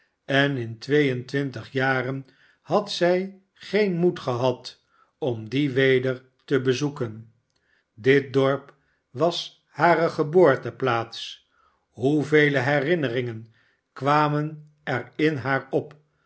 en in twee en twintig jaren had zij geen moed gehad om die weder te bezoeken dit dorp was hare geboorteplaats hoevele herinneringen kwamen er in haar op